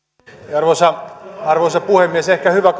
arvoisa arvoisa puhemies ehkä on hyvä